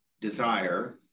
desire